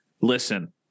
listen